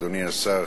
אדוני השר,